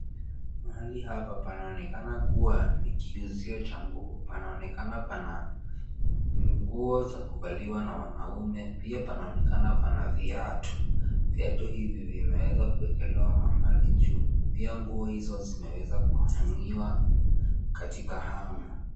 Mahali hapa panaonekana kuwa ni kiuzio cha nguo, panaonekana pana. Nguo za kuvaliwa n wanaume pia panaonekana pana viatu. Viatu hivi vimeweza kuekelwa mahali juu. Pia nguo hizo zimeweza kuhangiwa katika hanger .